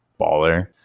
baller